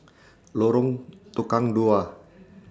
Lorong Tukang Dua